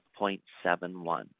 0.71